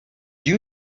you